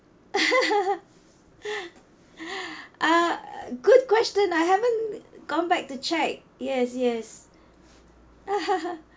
uh good question I haven't gone back to check yes yes